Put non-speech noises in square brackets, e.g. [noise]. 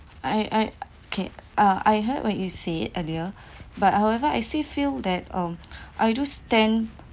I I okay uh I heard what you said earlier [breath] but however I still feel that um I do stand